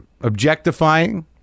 objectifying